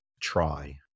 try